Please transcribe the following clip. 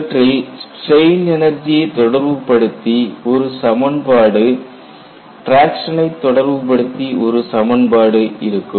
இவற்றில் ஸ்ட்ரெயின் எனர்ஜியை தொடர்புபடுத்தி ஒரு சமன்பாடு டிராக்சனை தொடர்புபடுத்தி ஒரு சமன்பாடு இருக்கும்